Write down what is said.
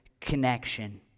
connection